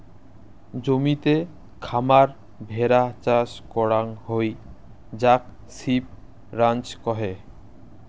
জমিতে খামার ভেড়া চাষ করাং হই যাক সিপ রাঞ্চ কহে